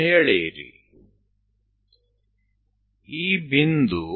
1 એ આ બિંદુ છે